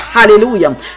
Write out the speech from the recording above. Hallelujah